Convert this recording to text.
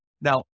Now